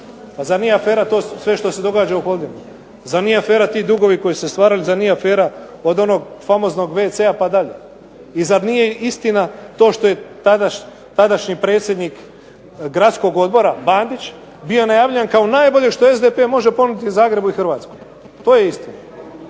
zar nije afera to sve što se događa u Holdingu? Zar nije afera ti dugovi koji su se stvarali? Zar nije afera od onog famoznog wc-a pa dalje? I zar nije istina to što je tadašnji predsjednik Gradskog odbora Bandić bio najavljen kao najbolje što SDP može ponuditi Zagrebu i Hrvatskoj? To je istina.